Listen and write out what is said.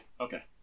okay